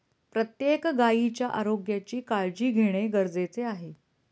प्रत्येक गायीच्या आरोग्याची काळजी घेणे गरजेचे आहे